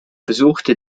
besuchte